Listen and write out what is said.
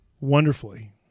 wonderfully